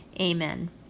Amen